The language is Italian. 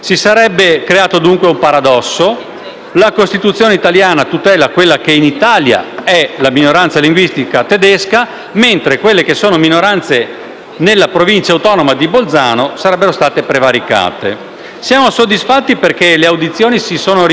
la Costituzione italiana tutela in Italia la minoranza linguistica tedesca, mentre le minoranze nella Provincia autonoma di Bolzano sarebbero state prevaricate. Siamo soddisfatti perché le audizioni si sono rivelate utili ed efficaci,